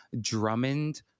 Drummond